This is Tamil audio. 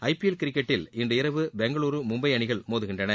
ஐ பி எல் கிரிக்கெட்டில் இன்று இரவு பெங்களூரு மும்பை அணிகள் மோதுகின்றன